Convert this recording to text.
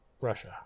Russia